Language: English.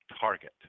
target